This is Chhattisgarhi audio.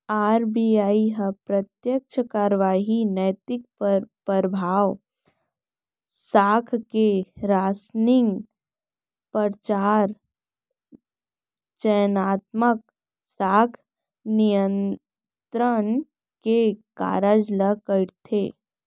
आर.बी.आई ह प्रत्यक्छ कारवाही, नैतिक परभाव, साख के रासनिंग, परचार, चयनात्मक साख नियंत्रन के कारज ल करथे